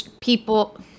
people